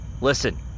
Listen